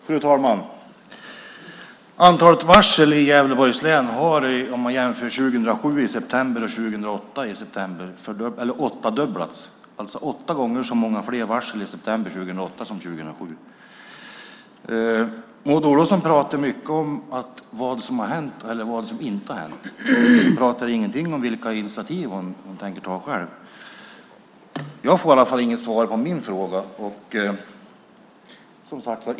Fru talman! Antalet varsel i Gävleborgs län har, om man jämför september 2007 med september 2008, åttadubblats. Det är alltså åtta gånger fler varsel i september 2008 än vad det var i september 2007. Maud Olofsson pratar mycket om vad som har hänt och vad som inte har hänt. Hon pratar ingenting om vilka initiativ hon själv tänker ta. Jag får i alla fall inget svar på min fråga.